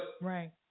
right